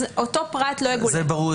אז אותו פרט --- זה ברור,